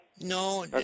No